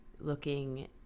looking